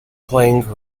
playing